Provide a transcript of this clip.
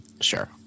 Sure